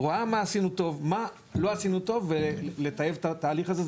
שרואה מה עשינו טוב ומה עשינו לא טוב על מנת לטייב את התהליך הזה,